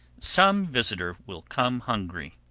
some visitor will come hungry.